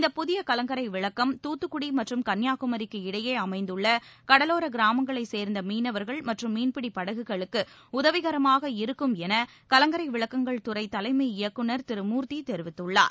இந்த புதிய கலங்கரை விளக்கம் தூத்துக்குடி மற்றும் கன்னியாகுமரிக்கு இடையே அமைந்துள்ள கடலோர கிராமங்களைச் சேர்ந்த மீனவர்கள் மற்றும் மீன்பிடி படகுகளுக்கு உதவிகரமாக இருக்கும் என கலங்கரை விளக்கங்கள் துறை தலைமை இயக்குநர் திரு மூர்த்தி தெரிவித்துள்ளார்